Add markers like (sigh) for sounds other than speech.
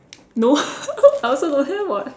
no (laughs) I also don't have [what]